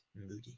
Moody